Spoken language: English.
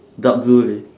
dark blue leh